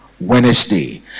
Wednesday